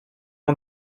nom